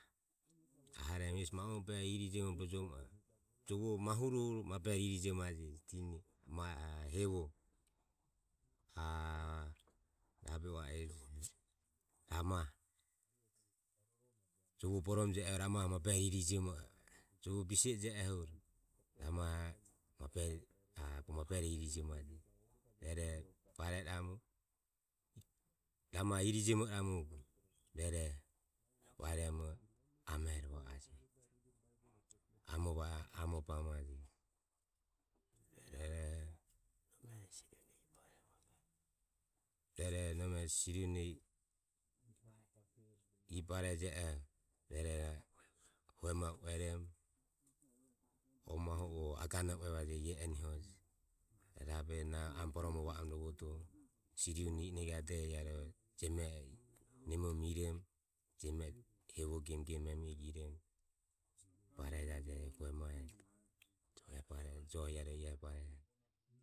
Aho rum hesi ma u em behe irijomobe rojomo a e e. Jovoho mahuro huro ma bureri irijiomajeje ba e e hevoho ahh rabe ua eh. Ramah, jovo borome jio eho ramaho ma bureri irijiomo ah e e jovo bise eh jio oho mabe ah o ramaho bogo. Rueroho bare iramu ramaho irijiomo iramu rueroho bareromo, amero va a jeje. Amor ova oh amor oba majeje rueroho nome siri une I barajeoho ruerhoro hue ma ueromo, oh mahu oho agano uevajeje i ya eni ho. Eh rabe na amo boromo va orom rovodoho siri une I I negadoho ya ro jeme oh nemoromo iromo jeme oh jevoo gem gem nemorom iromo barejaje, ehi joho ya bareje.